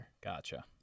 Gotcha